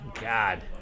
god